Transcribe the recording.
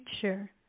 future